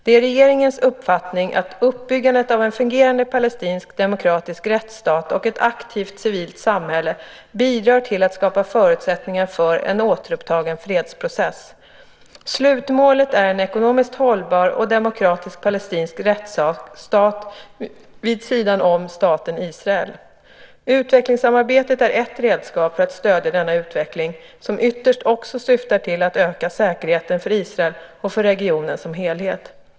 Det är regeringens uppfattning att uppbyggandet av en fungerande palestinsk demokratisk rättsstat och ett aktivt civilt samhälle bidrar till att skapa förutsättningar för en återupptagen fredsprocess. Slutmålet är en ekonomiskt hållbar och demokratisk palestinsk rättsstat vid sidan om staten Israel. Utvecklingssamarbetet är ett redskap för att stödja denna utveckling, som ytterst också syftar till att öka säkerheten för Israel och för regionen som helhet.